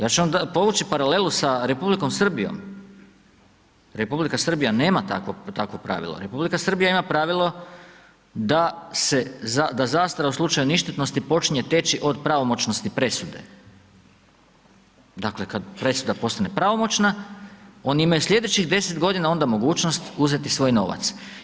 Ja ću vam povući paralelu sa Republikom Srbijom, Republika Srbija nema takvog pravila, Republika Srbija ima pravilo da se, da zastara u slučaju ništetnosti počinje teći od pravomoćnosti presude, dakle kad presuda postane pravomoćna oni imaju slijedeći 10 godina onda mogućnost uzeti svoj novac.